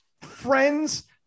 friends